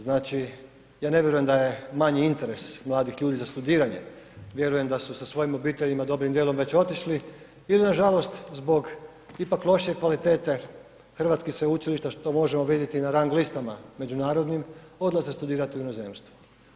Znači ja ne vjerujem da je manji interes mladih ljudi za studiranje, vjerujem da su sa svojim obiteljima dobrim dijelom već otišli ili nažalost zbog ipak lošije kvalitete hrvatskih sveučilišta što možemo vidjeti na rang listama međunarodnim, odlaze studirati u inozemstvo.